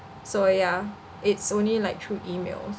so ya it's only like through emails